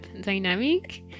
dynamic